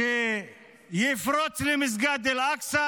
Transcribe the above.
שיפרוץ למסגד אל אקצא